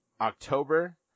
October